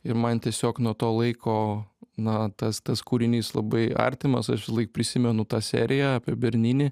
ir man tiesiog nuo to laiko na tas tas kūrinys labai artimas aš visąlaik prisimenu tą seriją apie berninį